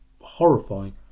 horrifying